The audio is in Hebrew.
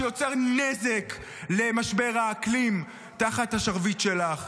שיוצר נזק במשבר האקלים תחת השרביט שלך.